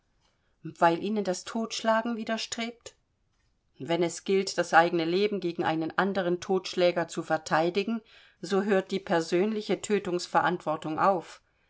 weil ihnen das totschlagen widerstrebt wenn es gilt das eigene leben gegen einen anderen totschläger zu verteidigen so hört die persönliche tötungsverantwortung auf